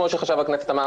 כמו שחשב הכנסת אמר,